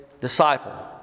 disciple